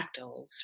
fractals